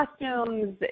costumes